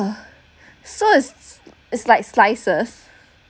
uh so it's it's like slices